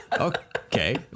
Okay